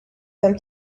them